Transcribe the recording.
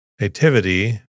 Nativity